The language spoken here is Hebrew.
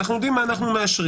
אנחנו יודעים מה אנחנו מאשרים,